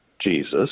Jesus